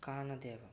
ꯀꯥꯟꯅꯗꯦꯕ